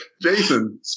Jason